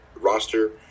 roster